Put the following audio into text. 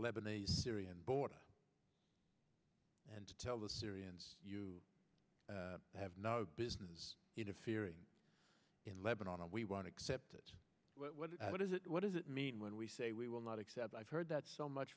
lebanese syrian border and to tell the syrians you have no business interfering in lebanon and we want to accept it what is it what does it mean when we say we will not accept i've heard that so much